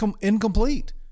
incomplete